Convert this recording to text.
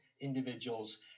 individuals